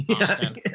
Austin